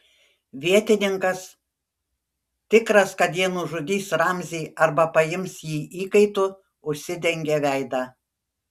vietininkas tikras kad jie nužudys ramzį arba paims jį įkaitu užsidengė veidą